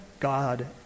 God